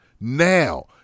now